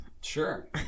Sure